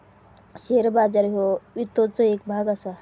share बाजार ह्यो वित्ताचो येक भाग असा